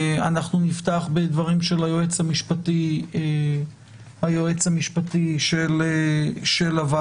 אנחנו נפתח בדברים של היועץ המשפטי של הוועדה.